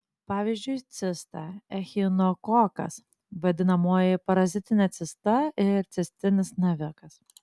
pavyzdžiui cista echinokokas vadinamoji parazitinė cista ir cistinis navikas